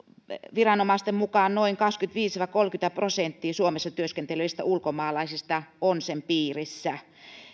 viranomaisten mukaan noin kaksikymmentäviisi viiva kolmekymmentä prosenttia suomessa työskentelevistä ulkomaalaisista on sen piirissä